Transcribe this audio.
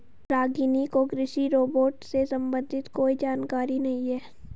रागिनी को कृषि रोबोट से संबंधित कोई जानकारी नहीं है